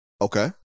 Okay